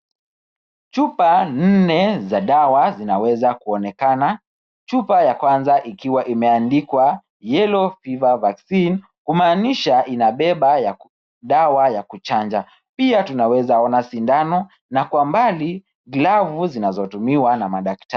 Chupa nne za dawa zinaweza kuonekana. Chupa ya kwanza ikiwa imeandikwa Yellow Fever Vaccine kumaanisha inabeba dawa ya kuchanja. Pia tunaweza ona sindano na kwa mbali, glavu zinazotumiwa na madaktari.